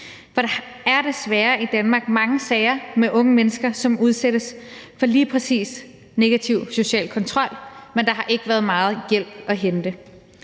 For der er desværre i Danmark mange sager med unge mennesker, som udsættes for lige præcis negativ social kontrol, men der har ikke været meget hjælp at hente.